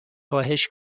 خواهش